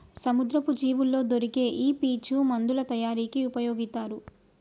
సముద్రపు జీవుల్లో దొరికే ఈ పీచు మందుల తయారీకి ఉపయొగితారు